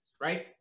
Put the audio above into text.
right